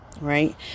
right